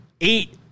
eight